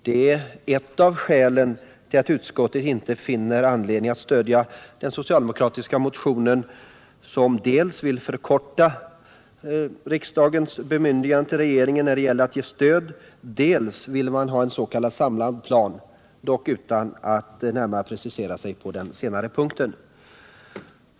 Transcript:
Det är ett av skälen till att utskottet inte finner anledning att stödja den socialdemokratiska motionen, som dels vill förkorta riksdagens bemyndigande till regeringen när det gäller att ge stöd, dels 119 vill ha en s.k. samlad plan, dock utan att närmare precisera sig på den senare punkten.